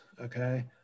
Okay